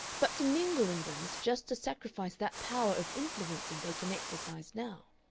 but to mingle in them is just to sacrifice that power of influencing they can exercise now.